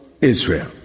Israel